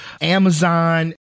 Amazon